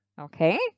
okay